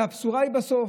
והבשורה היא בסוף,